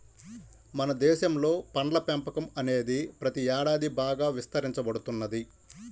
మన దేశంలో పండ్ల పెంపకం అనేది ప్రతి ఏడాది బాగా విస్తరించబడుతున్నది